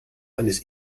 eines